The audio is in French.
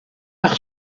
par